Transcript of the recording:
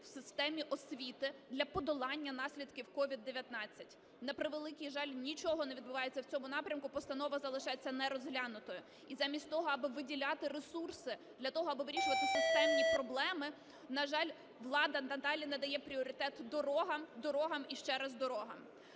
в системі освіти для подолання наслідків COVID-19. На превеликий жаль, нічого не відбувається в цьому напрямку, постанова залишається нерозглянутою. І замість того, аби виділяти ресурси для того, аби вирішувати системні проблеми, на жаль, влада надалі надає пріоритет дорогам, дорогам і ще раз дорогам.